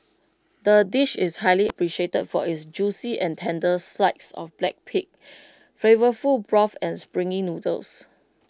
the dish is highly appreciated for its juicy and tender slides of black pig flavourful broth and springy noodles